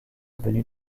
venue